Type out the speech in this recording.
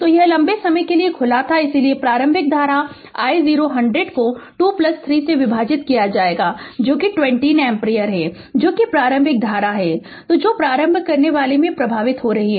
तो यह एक लंबे समय के लिए खुला था इसलिए प्रारंभिक धारा I0 100 को 23 से विभाजित किया जाएगा जो कि 20 एम्पीयर है जो कि प्रारंभिक धारा है जो प्रारंभ करनेवाला में प्रवाहित हो रही है और ix 0 उस पर 0 होगा